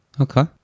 Okay